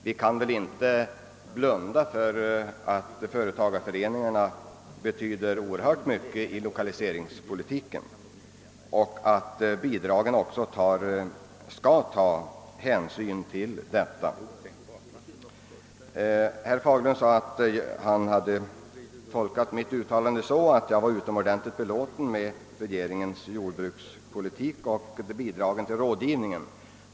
Vi kan inte blunda för att företagareföreningarna betyder oerhört mycket för lokaliseringspolitiken och att bidragen skall ta hänsyn härtill. Herr Fagerlund hade tolkat mitt yttrande så, sade han, att jag var utomordentligt belåten med regeringens jordbrukspolitik och bidragen till rådgivning.